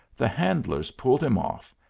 the handlers pulled him off,